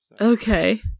Okay